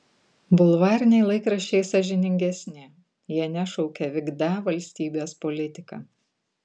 bulvariniai laikraščiai sąžiningesni jie nešaukia vykdą valstybės politiką